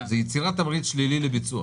זה יצירת תמריץ שלילי לביצוע.